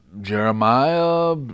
Jeremiah